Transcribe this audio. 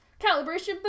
Calibration